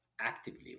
actively